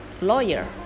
lawyer